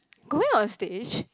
go back on stage